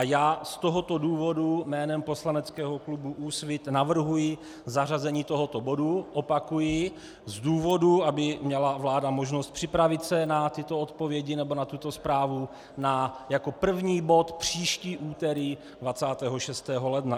Já z tohoto důvodu jménem poslaneckého klubu Úsvit navrhuji zařazení tohoto bodu opakuji, z důvodu, aby vláda měla možnost připravit se na tyto odpovědi nebo na tuto zprávu jako první bod příští úterý 26. ledna.